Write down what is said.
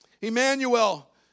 Emmanuel